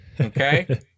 Okay